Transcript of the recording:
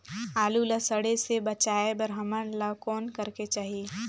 आलू ला सड़े से बचाये बर हमन ला कौन करेके चाही?